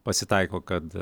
pasitaiko kad